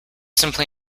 simply